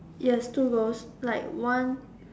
yes two ghost like one